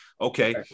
okay